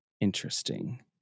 interesting